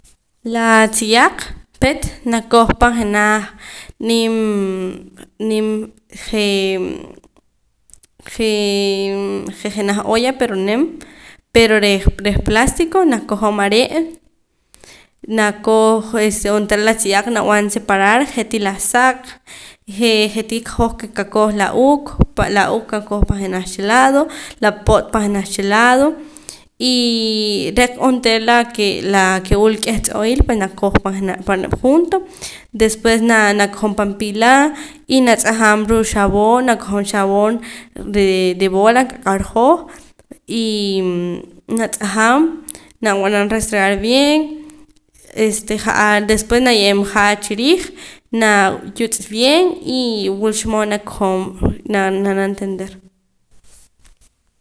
Laa tziyaq peet nakoj pan jenaj nim je' jenaj olla pero nim pero reh reh plástico nakojom are' nakoj este onteera la tziyaq nab'an separar je'tii' la saq jee je'tii hoj ke qakoj la uuq pan la uuq qakoj pan jenaj cha lado la po't pan jenaj cha lado y re'ka onteera la ke la ke wula k'eh tz'oo'il pues nakoj pan la junto después naa nakojom pan piila y natz'ajam ruu' xab'oon na kojom xab'oon dee de bola qaq'ar hoj y natz'ajam nab'anam restregar bien este ja'ar depués naye'em ja'ar chiriij nayutz' bien y wulch mood naa nakojom na nanam tender